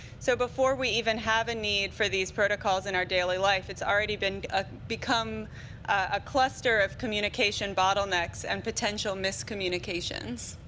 so before we even have a need for these protocols in our daily life, it's already ah become a cluster of communication bottlenecks and potential miscommunications.